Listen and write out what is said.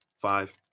five